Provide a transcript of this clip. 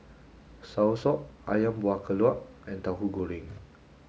Soursop Ayam Buah Keluak and Tauhu Goreng